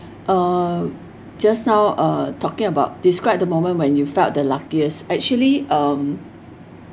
uh just now uh talking about describe the moment when you felt the luckiest actually um